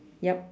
yup